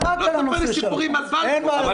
מאה אחוז.